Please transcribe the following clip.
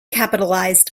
capitalized